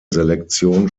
selektion